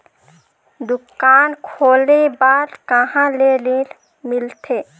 दुकान खोले बार कहा ले ऋण मिलथे?